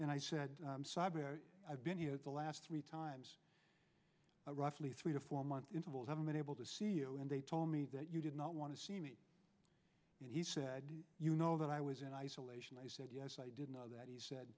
and i said i've been here the last three times roughly three to four month intervals i'm unable to see you and they told me that you did not want to see me and he said you know that i was in isolation i said yes i didn't know that he said